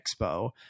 Expo